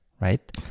right